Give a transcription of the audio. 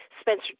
Spencer